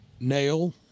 Nail